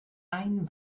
ein